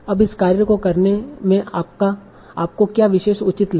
अब इस कार्य को करने में आपको क्या विशेष उचित लगेगा